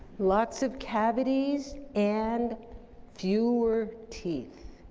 lots of cavities and fewer teeth.